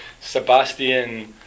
Sebastian